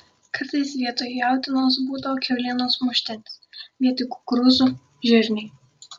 kartais vietoj jautienos būdavo kiaulienos muštinis vietoj kukurūzų žirniai